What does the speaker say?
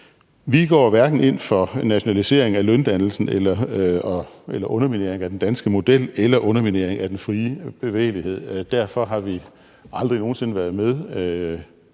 Vi går hverken ind for en nationalisering af løndannelsen eller underminering af den danske model eller underminering af den frie bevægelighed. Derfor har vi aldrig nogen sinde været med